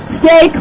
stay